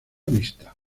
vista